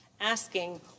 asking